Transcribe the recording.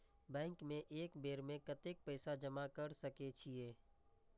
Bank में एक बेर में कतेक पैसा जमा कर सके छीये?